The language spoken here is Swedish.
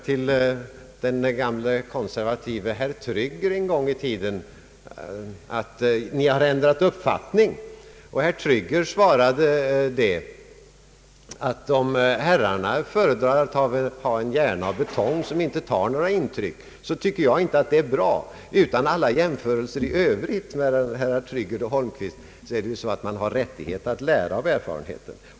Till den gamle konservative Trygger sades det en gång i tiden att han ändrat uppfattning i en fråga, och Trygger svarade: om herrarna föredrar att ha en hjärna av betong som inte tar några intryck så tycker jag inte att det är bra. Utan alla jämförelser i övrigt mellan herrar Trygger och Holmqvist är det väl så att man har rätt att lära av erfarenheten.